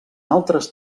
altres